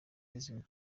umukinnyi